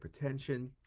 hypertension